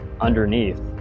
underneath